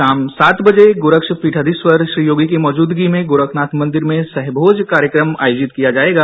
शाम सात बजे गोरक्षपीठाधीश्वर श्री योगी की मौजूदगी में गोरखनाथ मंदिर में सहभोज कार्यक्रम आयोजित किया जाएगा